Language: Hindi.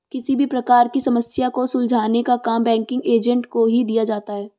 किसी भी प्रकार की समस्या को सुलझाने का काम बैंकिंग एजेंट को ही दिया जाता है